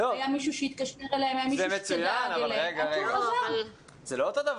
היה מישהו שהתקשר אליהם --- זה לא אותו דבר.